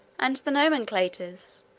and the nomenclators,